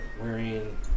wearing